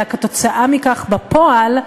אלא כתוצאה מכך בפועל,